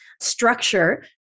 structure